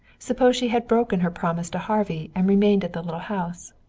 suppose she had broken her promise to harvey and remained at the little house?